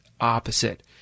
opposite